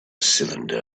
cylinder